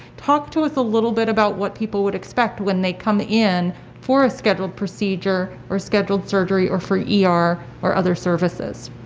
talk to us a little bit about what people would expect when they come in for a scheduled procedure or scheduled surgery or for yeah er or other services.